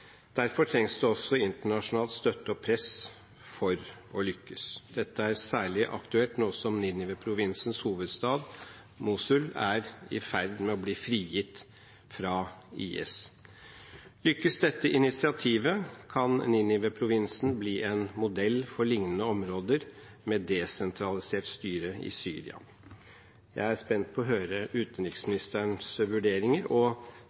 Derfor trengs det også internasjonal støtte og press for å lykkes. Dette er særlig aktuelt nå som Ninive-provinsens hovedstad, Mosul, er i ferd med å bli frigitt fra IS. Lykkes dette initiativet, kan Ninive-provinsen bli en modell for lignende områder med desentralisert styre i Syria. Jeg er spent på å høre utenriksministerens vurderinger og